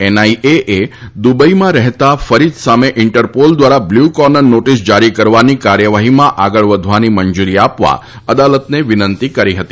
NIA એ દુબઈમાં રહેતા ફરીદ સામે ઇન્ટરપોલ દ્વારા બ્લ્યૂ કોર્નર નોટિસ જારી કરવાની કાર્યવાહીમાં આગળ વધવાની મંજુરી આપવા અદાલતને વિનંતી કરી હતી